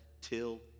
till